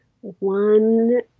one –